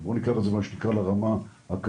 בואו ניקח את זה לרמה האקדמית,